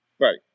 Right